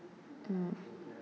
mm